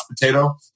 potato